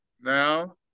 now